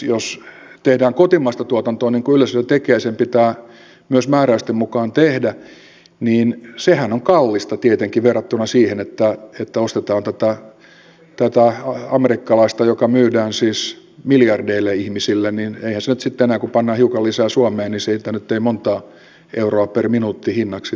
jos tehdään kotimaista tuotantoa niin kuin yleisradio tekee ja sen pitää myös määräysten mukaan tehdä niin sehän on kallista tietenkin verrattuna siihen että ostetaan tätä amerikkalaista joka myydään siis miljardeille ihmisille niin eihän siitä nyt sitten enää kun pannaan hiukan lisää suomeen montaa euroa per minuutti hinnaksi tule